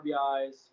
RBIs